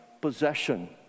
possession